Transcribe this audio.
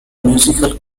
musical